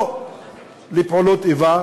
או לפעולות איבה?